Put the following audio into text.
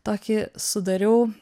tokį sudariau